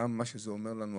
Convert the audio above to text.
גם מה שזה אומר לנו,